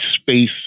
space